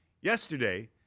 yesterday